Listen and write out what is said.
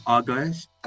August